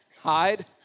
Hide